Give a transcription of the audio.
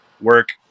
work